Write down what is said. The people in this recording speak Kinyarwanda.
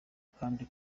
kandi